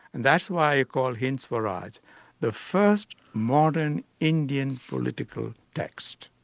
and that's why i call hind swaraj the first modern indian political text.